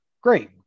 great